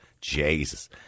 Jesus